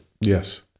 Yes